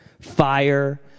fire